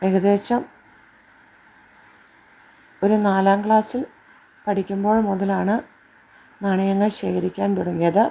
ഏകദേശം ഒരു നാലാം ക്ലാസ്സിൽ പഠിക്കുമ്പോൾ മുതലാണ് നാണയങ്ങൾ ശേഖരിക്കാൻ തുടങ്ങിയത്